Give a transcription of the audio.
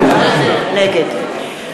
בעד נחמן